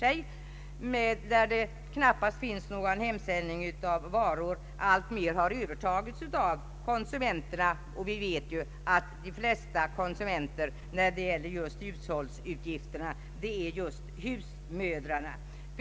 Det förekommer numera knappast hemsändning av varor, utan det arbetet har mer och mer övertagits av konsumenterna. Och vi vet ju att de flesta konsumenterna i fråga om anskaffning till hushållet är just husmödrarna.